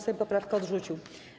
Sejm poprawkę odrzucił.